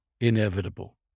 inevitable